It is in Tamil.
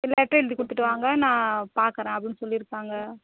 லெட்ரு எழுது கொடுத்துட்டு வாங்க நான் பார்க்குறேன் அப்படின் சொல்லிருக்காங்க